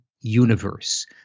universe